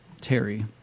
Terry